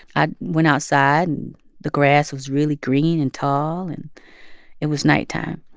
i went outside, and the grass was really green and tall, and it was nighttime.